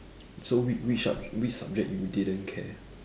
so whi~ which sub~ which subject you didn't care